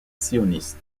sioniste